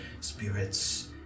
Spirits